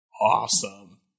Awesome